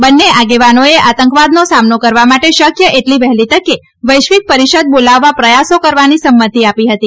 બંને આગેવાનોએ આતંકવાદનો સામનો કરવા માટે શક્ય એટલી વહેલી તકે વૈશ્વિક પરિષદ બોલાવવા પ્રયાસો કરવાની સંમતી આપી હતી